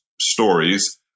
stories